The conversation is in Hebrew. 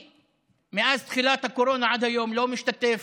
מאז תחילת הקורונה ועד היום אני לא משתתף